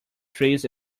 trees